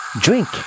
Drink